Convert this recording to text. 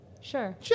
Sure